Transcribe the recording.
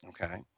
okay